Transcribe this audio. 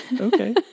okay